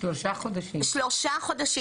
שלושה חודשים,